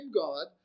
god